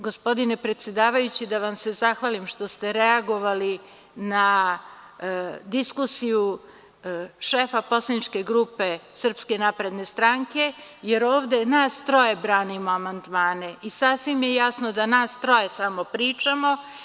Gospodine predsedavajući, želim da vam se zahvalim što ste reagovali na diskusiju šefa poslaničke grupe SNS, jer ovde nas troje branimo amandmane i sasvim je jasno da samo nas troje pričamo.